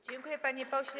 Dziękuję, panie pośle.